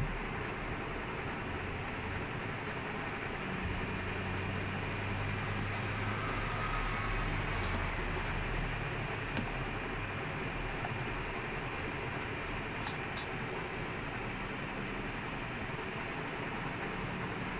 no but I think especially okay not just football especially for like fighting right it it really depends lah because people for football oh it's free like ninety cents anyways but for fighting it's like if you get first round on court you're a